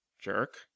Jerk